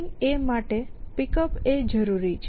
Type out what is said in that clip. Holding માટે Pickup જરૂરી છે